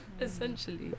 Essentially